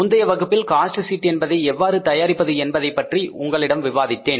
முந்தைய வகுப்பில் cost sheet என்பதை எவ்வாறு தயாரிப்பது என்பதை பற்றி உங்களிடம் விவாதித்தேன்